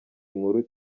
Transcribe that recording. nkuru